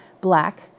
black